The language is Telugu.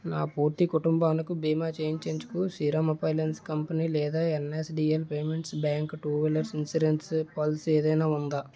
నా పూర్తి కుటుంబానికి బీమా చేయనిచ్చే శ్రీరామ్ ఫైనాన్స్ కంపెనీ లేదా NSDL payments bank two wheeler insurance policy ఏదైనా ఉం